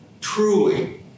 truly